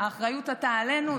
האחריות עתה עלינו.